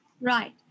Right